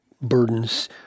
burdens